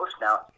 now